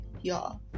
y'all